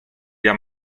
via